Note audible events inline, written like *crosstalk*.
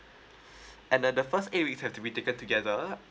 *breath* and then the first eight weeks have to be taken together